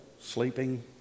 sleeping